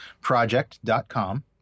project.com